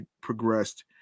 progressed